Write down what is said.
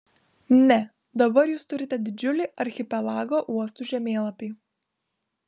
ne dabar jūs turite didžiulį archipelago uostų žemėlapį